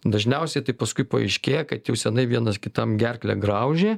dažniausiai tai paskui paaiškėja kad jau senai vienas kitam gerklę graužė